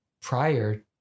prior